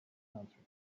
answered